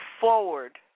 forward